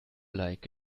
like